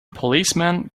policemen